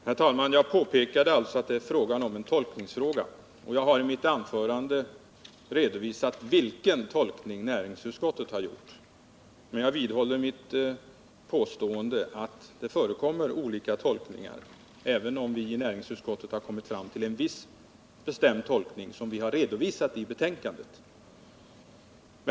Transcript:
Herr talman! Jag har i mitt anförande redovisat vilken tolkning näringsutskottet har gjort. Men jag vidhåller mitt påstående att det förekommer olika tolkningar, även om vi i näringsutskottet har kommit fram till en viss bestämd tolkning som vi har redovisat i betänkandet.